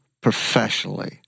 professionally